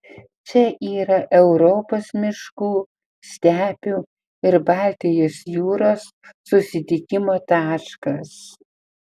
čia yra europos miškų stepių ir baltijos jūros susitikimo taškas